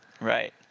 Right